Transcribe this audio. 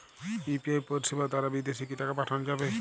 UPI পরিষেবা দারা বিদেশে কি টাকা পাঠানো যাবে?